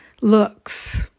looks